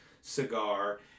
cigar